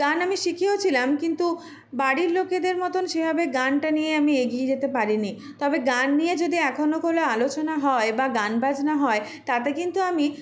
গান আমি শিখেও ছিলাম কিন্তু বাড়ির লোকেদের মতোন সেভাবে গানটা নিয়ে আমি এগিয়ে যেতে পারিনি তবে গান নিয়ে যদি এখনো কোনো আলোচনা হয় বা গান বাজনা হয় তাতে কিন্তু আমি